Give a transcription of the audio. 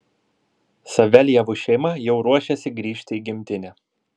saveljevų šeima jau ruošiasi grįžti į gimtinę